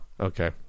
Okay